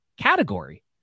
category